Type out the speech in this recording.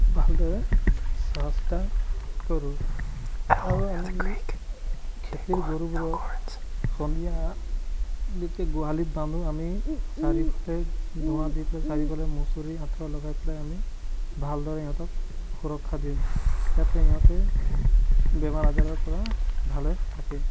ভালদৰে চোৱা চিতা কৰোঁ আৰু আমি খেতিৰ গৰুবোৰক সন্ধিয়া যদি গোহালিত বান্ধো আমি চাৰিওফালে ধোঁৱা দি পেলাই চাৰিওফালে মচুৰি আঁঠুৱা লগাই পেলাই আমি ভালদৰে ইহঁতক সুৰক্ষা দিওঁ যাতে ইহঁতে বেমাৰ আজাৰৰ পৰা ভালে থাকে